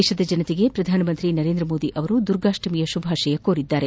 ದೇಶದ ಜನತೆಗೆ ಪ್ರಧಾನಮಂತ್ರಿ ನರೇಂದ್ರ ಮೋದಿ ದುರ್ಗಾಷ್ಟಮಿಯ ಶುಭಾಶಯ ಕೋರಿದ್ದಾರೆ